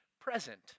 present